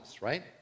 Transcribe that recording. right